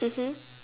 mmhmm